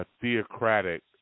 theocratic